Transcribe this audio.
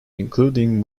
including